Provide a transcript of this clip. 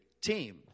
team